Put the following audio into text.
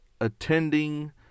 attending